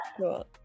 cool